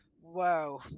whoa